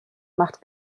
macht